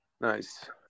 Nice